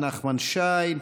נחמן שי.